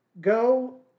go